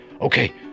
okay